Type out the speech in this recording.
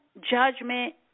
judgment